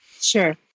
sure